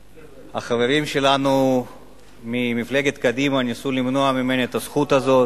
שהחברים שלנו ממפלגת קדימה ניסו למנוע ממני את הזכות הזאת.